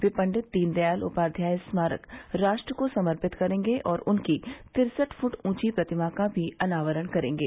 वे पंडित दीनदयाल उपाध्याय स्मारक राष्ट्र को समर्पित करेंगे और उनकी तिरसठ फुट ऊंची प्रतिमा का भी अनावरण करेंगे